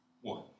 One